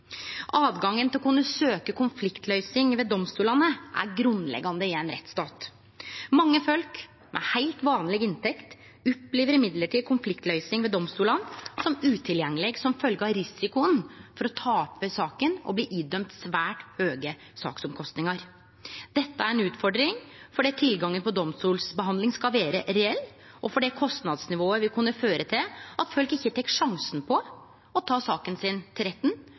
til å kunne søkje konfliktløysing ved domstolane er grunnleggjande i ein rettsstat. Mange folk med heilt vanleg inntekt opplever likevel konfliktløysing ved domstolane som utilgjengeleg som følgje av risikoen for å tape saka og bli idømt svært høge sakskostnader. Dette er ei utfordring fordi tilgangen på domstolsbehandling skal vere reell, og fordi kostnadsnivået vil kunne føre til at folk ikkje tek sjansen på å ta saka si til retten,